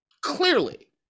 Clearly